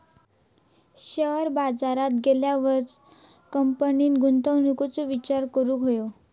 share बाजारात गेल्यावरच कंपनीन गुंतवणुकीचो विचार करूक हवो